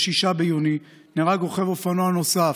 ב-6 ביוני, נהרג רוכב אופנוע נוסף,